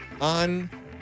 on